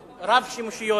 רב-שימושיות,